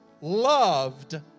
loved